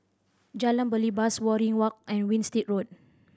Jalan Belibas Waringin Walk and Winstedt Road